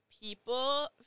People